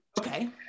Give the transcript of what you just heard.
Okay